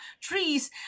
trees